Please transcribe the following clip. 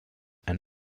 and